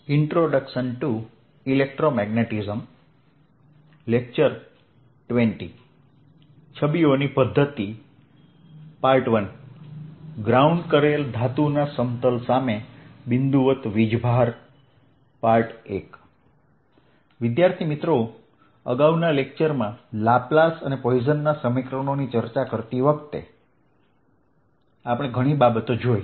image method I ground કરેલ ધાતુના સમતલ સામે બિંદુવત વીજભાર I અગાઉના લેકચરમાં લાપ્લાસ અને પોઇસનના સમીકરણોની ચર્ચા કરતી વખતે આપણે ઘણી બાબતો જોઇ